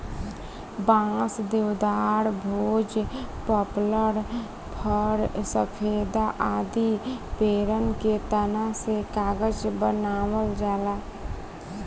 बांस, देवदार, भोज, पपलर, फ़र, सफेदा आदि पेड़न के तना से कागज बनावल जाला